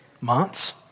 months